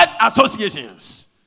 associations